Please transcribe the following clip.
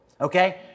Okay